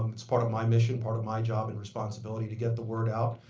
um it's part of my mission, part of my job and responsibility to get the word out.